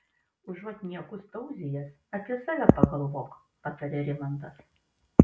užuot niekus tauzijęs apie save pagalvok patarė rimantas